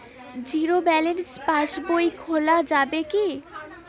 Zero balance পাশ বই খোলা যাবে কি?